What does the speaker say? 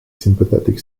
sympathetic